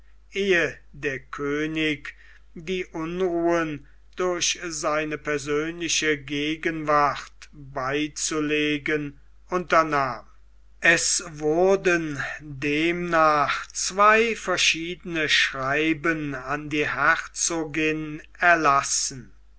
ehe der könig die unruhen durch seine persönliche gegenwart beizulegen unternahm es wurden demnach zwei verschiedene schreiben an die herzogin erlassen